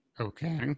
Okay